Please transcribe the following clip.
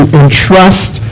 entrust